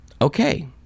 Okay